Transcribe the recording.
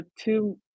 two